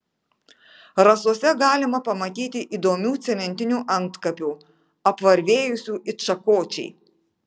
rasose galima pamatyti įdomių cementinių antkapių apvarvėjusių it šakočiai